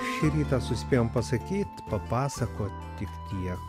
šį rytą suspėjom pasakyt papasakot tik tiek